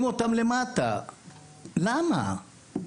ויעצרו אותם למטה, למה?